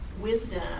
wisdom